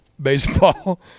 baseball